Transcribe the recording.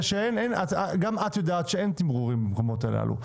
גם את יודעת שאין תמרורים במקומות האלה.